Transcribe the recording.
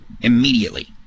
Immediately